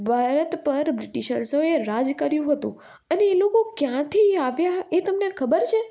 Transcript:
ભારત પર બ્રિટિશર્સોએ રાજ કર્યું હતું અને એ લોકો ક્યાંથી આવ્યા એ તમને ખબર છે